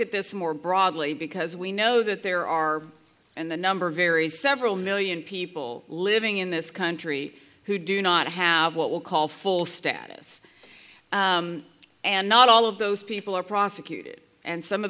at this more broadly because we know that there are and the number varies several million people living in this country who do not have what we call full status and not all of those people are prosecuted and some of